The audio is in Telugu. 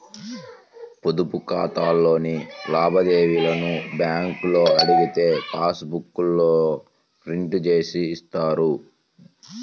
పొదుపు ఖాతాలోని లావాదేవీలను బ్యేంకులో అడిగితే పాసు పుస్తకాల్లో ప్రింట్ జేసి ఇస్తారు